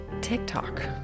TikTok